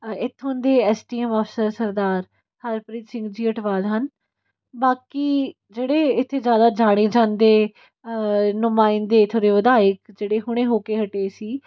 ਇਥੋਂ ਦੇ S D M officer Sardar Harpreet Singh ji Atwal ਹਨ ਬਾਕੀ ਜਿਹੜੇ ਇੱਥੇ ਜ਼ਿਆਦਾ ਜਾਣੇ ਜਾਂਦੇ ਨੁਮਾਇੰਦੇ ਇਥੋਂ ਦੇ ਵਿਧਾਇਕ ਜਿਹੜੇ ਹੁਣੇ ਹੋ ਕੇ ਹਟੇ ਸੀ